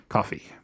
Coffee